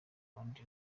abandi